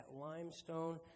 limestone